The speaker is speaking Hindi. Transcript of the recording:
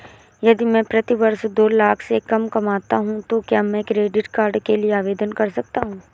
यदि मैं प्रति वर्ष दो लाख से कम कमाता हूँ तो क्या मैं क्रेडिट कार्ड के लिए आवेदन कर सकता हूँ?